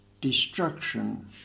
destruction